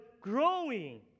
growing